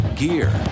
gear